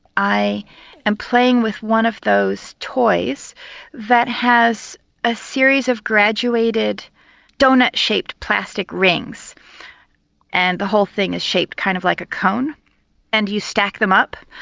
i am playing with one of those toys that has a series of graduated donut shaped plastic rings and the whole thing is shaped kind of like a cone and you stack them up.